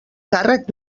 càrrec